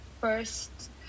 first